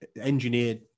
engineered